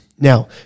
Now